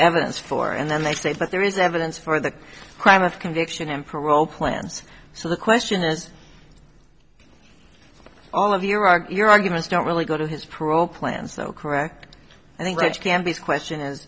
evidence for and then they say but there is evidence for the crime of conviction and parole plans so the question is all of your arguments don't really go to his parole plan so correct i think that can be a question